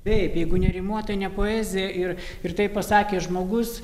taip jeigu nerimuoja tai ne poezija ir ir taip pasakė žmogus